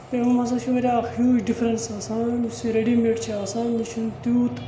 یِمَن منٛز حظ چھِ واریاہ اَکھ ہیوٗج ڈِفرَنٕس آسان یُس یہِ رٔڈی میڈ چھِ آسان یہِ چھُنہٕ تیوٗت